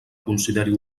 consideri